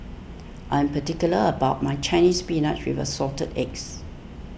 I am particular about my Chinese Spinach with Assorted Eggs